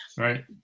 right